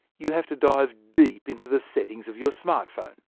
you have to dive deep into the settings of your smart phone.